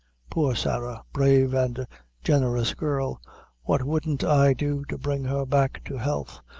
poor sarah brave and generous girl what wouldn't i do to bring her back to health!